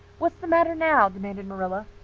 what's the matter now? demanded marilla.